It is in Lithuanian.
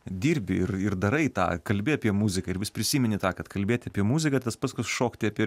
dirbi ir ir darai tą kalbi apie muziką ir vis prisimeni tą kad kalbėti apie muziką tas pats kas šokti apie